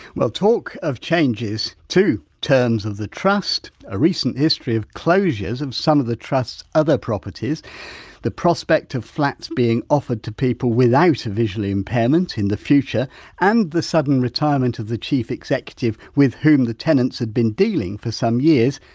well talk of changes to terms of the trust a recent history of closures of some of the trust's other properties the prospect of flats being offered to people without a visual impairment in the future and the sudden retirement of the chief executive with whom the tenants had been dealing for some years,